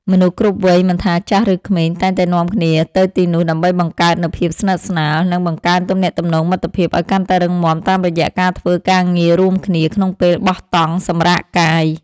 មនុស្សគ្រប់វ័យមិនថាចាស់ឬក្មេងតែងតែនាំគ្នាទៅទីនោះដើម្បីបង្កើតនូវភាពស្និទ្ធស្នាល និង បង្កើនទំនាក់ទំនងមិត្តភាពឱ្យកាន់តែរឹងមាំតាមរយៈការធ្វើការងាររួមគ្នាក្នុងពេលបោះតង់សម្រាកកាយ។